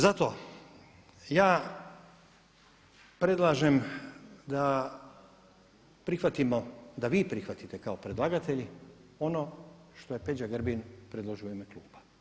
Zato ja predlažem da prihvatimo, da vi prihvatite kao predlagatelji ono što je Peđa Grbin predložio u ime kluba.